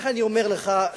לכן אני אומר לך,